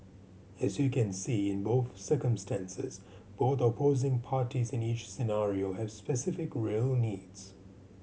as you can see in both circumstances both opposing parties in each scenario have specific real needs